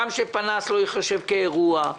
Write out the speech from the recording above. גם שפגיעה בפנס לא תיחשב כאירוע,